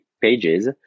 pages